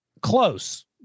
Close